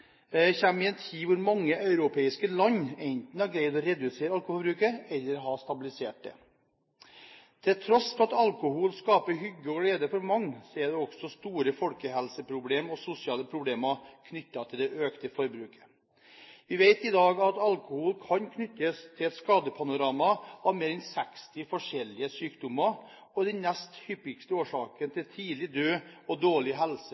i en tid hvor mange europeiske land enten har greid å redusere alkoholforbruket, eller stabilisere det. Til tross for at alkohol skaper hygge og glede for mange, er det også store folkehelseproblemer og sosiale problemer knyttet til det økte forbruket. Vi vet i dag at alkohol kan knyttes til et skadepanorama av mer enn 60 forskjellige sykdommer og er den nest hyppigste årsaken til tidlig død og dårlig helse,